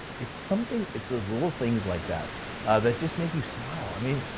it's something. it's those little things like that that just make you smile. i mean,